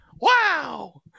Wow